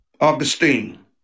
Augustine